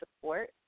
support